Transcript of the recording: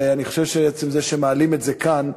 עצם זה שמעלים את זה כאן,